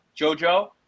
Jojo